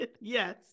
Yes